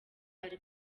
ari